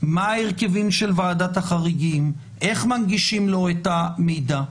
מה ההרכבים של ועדת החריגים; איך מנגישים לו את המידע.